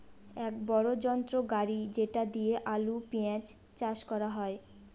এক বড়ো যন্ত্র গাড়ি যেটা দিয়ে আলু, পেঁয়াজ চাষ করা হয়